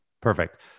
Perfect